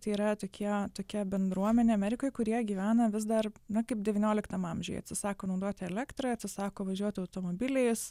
tai yra tokie tokia bendruomenė amerikoj kurie gyvena vis dar na kaip devynioliktam amžiui atsisako naudoti elektrą atsisako važiuoti automobiliais